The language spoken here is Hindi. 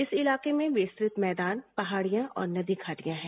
इस इलाके में विस्तृत मैदान पहाड़ियां और नदी घांटियां हैं